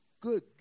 Good